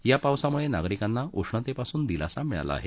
या पावसामुळे नागरिकांना उष्णतेपासून दिलासा मिळाला आहे